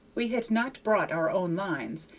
we had not brought our own lines,